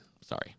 Sorry